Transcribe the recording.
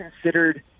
considered